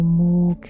more